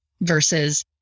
versus